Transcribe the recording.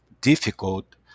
difficult